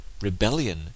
rebellion